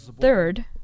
Third